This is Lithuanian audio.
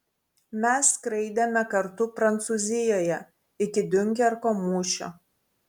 mes skraidėme kartu prancūzijoje iki diunkerko mūšio